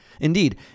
Indeed